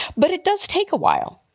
but it does take a while,